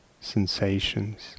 sensations